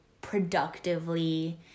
productively